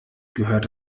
gehört